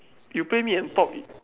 you play mid and top